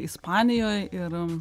ispanijoj ir